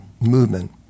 movement